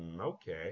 okay